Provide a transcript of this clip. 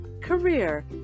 career